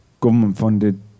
government-funded